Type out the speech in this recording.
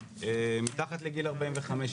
ה-21 ביולי 2021. היום נתחיל לדון בהצעת